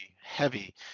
heavy